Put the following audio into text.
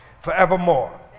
forevermore